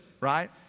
right